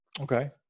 Okay